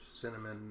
cinnamon